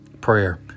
Prayer